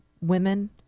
women